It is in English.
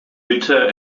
bitter